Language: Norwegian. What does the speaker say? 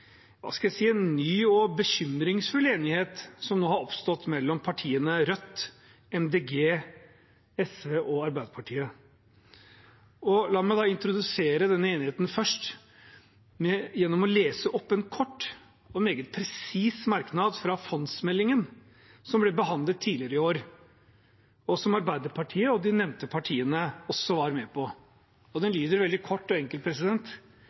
hva skal jeg si, ny og bekymringsfull enighet som nå har oppstått mellom partiene Rødt, Miljøpartiet De Grønne, SV og Arbeiderpartiet. La meg introdusere denne enigheten først, gjennom å lese opp en kort og meget presis merknad i forbindelse med behandlingen av fondsmeldingen, som ble behandlet tidligere i år, og som Arbeiderpartiet og de nevnte partiene også var med på. Den lyder veldig kort og enkelt: